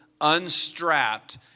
unstrapped